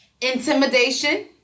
Intimidation